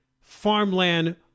farmland